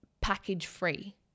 package-free